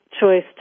choice